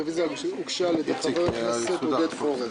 הרוויזיה הוגשה על ידי חבר הכנסת עודד פורר.